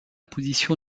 position